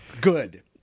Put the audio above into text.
Good